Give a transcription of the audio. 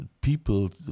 people